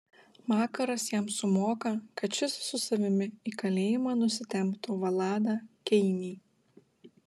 makaras jam sumoka kad šis su savimi į kalėjimą nusitemptų vladą keinį